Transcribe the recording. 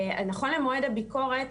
נכון למועד הביקורת,